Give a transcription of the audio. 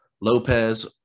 Lopez